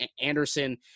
Anderson